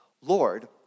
Lord